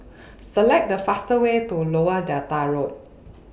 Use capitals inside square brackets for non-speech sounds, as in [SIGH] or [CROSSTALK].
[NOISE] Select The faster Way to Lower Delta Road